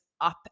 up